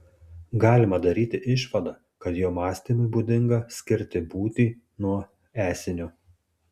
galima daryti išvadą kad jo mąstymui būdinga skirti būtį nuo esinio